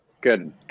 good